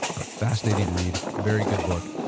a fascinating read, very good book.